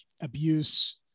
abuse